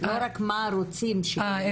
לא רק מה רוצים שיקרה.